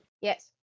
Yes